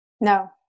No